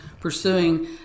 pursuing